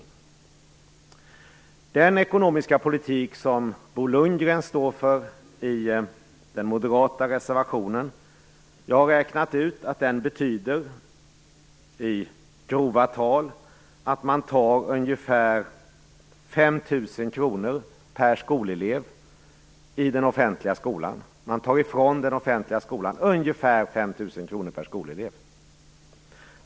Jag har räknat ut att den ekonomiska politik som Bo Lundgren för fram i den moderata reservationen i grova tal betyder att man tar ifrån den offentliga skolan ungefär 5 000 kr per skolelev.